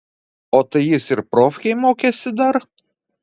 o tai jis ir profkėj mokėsi dar